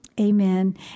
Amen